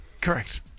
correct